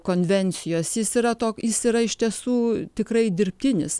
konvencijos jis yra tok jis yra iš tiesų tikrai dirbtinis